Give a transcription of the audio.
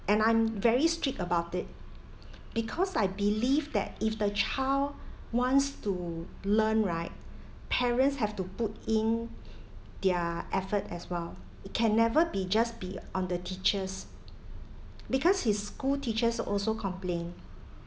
and I'm very strict about it because I believe that if the child wants to learn right parents have to put in their effort as well it can never be just be on the teachers because his school teachers also complained